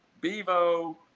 Bevo